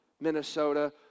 Minnesota